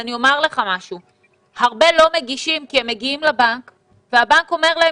אני אומר לך שהרבה לא מגישים כי הם מגיעים לבנק והבנק אומר להם